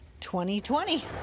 2020